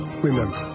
Remember